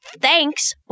thanks